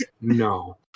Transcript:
no